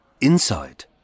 inside